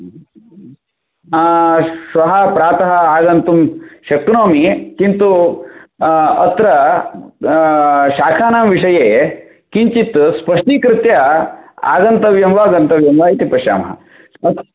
श्वः प्रातः आगन्तुं शक्नोमि किन्तु अत्र शाकानां विषये किञ्चित् स्पष्टीकृत्य आगन्तव्यं वा गन्तव्यं वा इति पश्यामः अस्तु